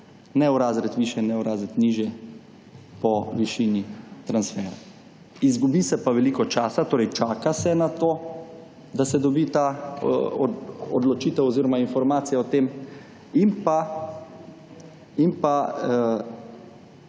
ne v razred višje, ne v razred nižje, po višini transfera. Izgubi se pa veliko časa, torej čaka se na to, da se dobi ta odločitev oziroma informacija o tem in pa,